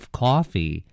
coffee